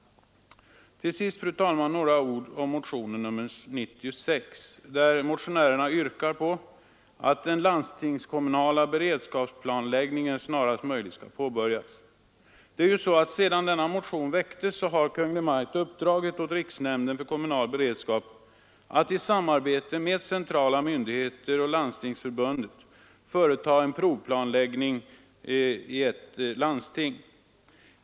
Till sist, fru talman, några ord om motionen 96, där motionärerna yrkar att den landstingskommunala beredskapsplanläggningen snarast möjligt skall påbörjas. Sedan denna motion väcktes har Kungl. Maj:t uppdragit åt riksnämnden för kommunal beredskap att i samarbete med centrala myndigheter och Landstingsförbundet företa en provplanläggning i ett landsting.